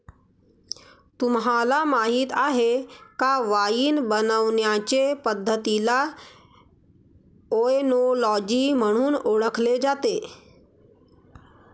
तुम्हाला माहीत आहे का वाइन बनवण्याचे पद्धतीला ओएनोलॉजी म्हणून ओळखले जाते